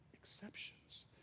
exceptions